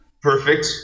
perfect